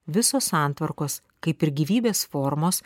visos santvarkos kaip ir gyvybės formos